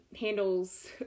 handles